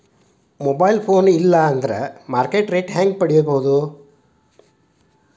Mobile phone ಇಲ್ಲಾ ಅಂದ್ರ market rate ಹೆಂಗ್ ಪಡಿಬೋದು?